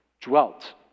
dwelt